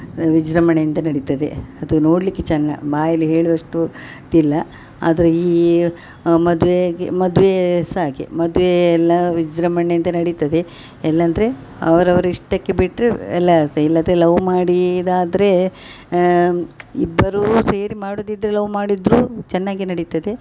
ವಿಜೃಂಭಣೆಯಿಂದ ನಡೀತದೆ ಅದು ನೋಡಲ್ಲಿಕ್ಕೆ ಚನ್ನ ಬಾಯಲ್ಲಿ ಹೇಳುವಷ್ಟು ತಿಲ್ಲ ಅದು ಈ ಮದ್ವೆಗೆ ಮದ್ವೆ ಸ ಹಾಗೆ ಮದ್ವೆಯೆಲ್ಲ ವಿಜೃಂಭಣೆಯಿಂದ ನಡೀತದೆ ಎಲ್ಲಾಂದ್ರೆ ಅವರ ಅವರ ಇಷ್ಟಕ್ಕೆ ಬಿಟ್ರೆ ಎಲ್ಲಾಸೆ ಇಲ್ಲಾದರೆ ಲವ್ ಮಾಡಿ ಇದಾದರೆ ಇಬ್ಬರೂ ಸೇರಿ ಮಾಡದಿದ್ರೆ ಲವ್ ಮಾಡಿದರು ಚೆನ್ನಾಗೆ ನಡೀತದೆ